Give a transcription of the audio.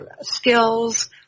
skills